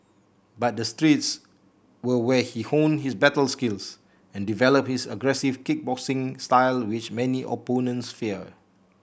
but the streets were where he honed his battle skills and developed his aggressive kickboxing style which many opponents fear